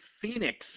Phoenix